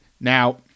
Now